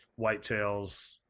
whitetails